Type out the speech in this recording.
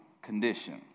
condition